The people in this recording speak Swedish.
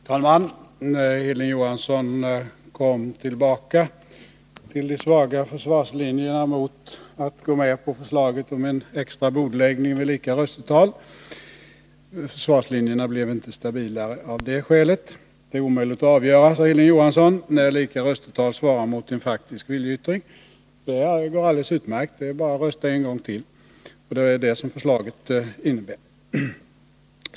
Herr talman! Hilding Johansson kom tillbaka till de svaga försvarslinjerna mot att gå med på förslaget om en extra bordläggning vid lika röstetal. Försvarslinjerna blev inte stabilare genom det inlägget. Det är omöjligt att avgöra, säger Hilding Johansson, när lika röstetal svarar mot en faktisk viljeyttring. Det går utmärkt: det är bara att rösta en gång till, och det är det som förslaget innebär.